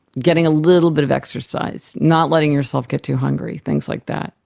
getting a little bit of exercise, not letting yourself get too hungry, things like that.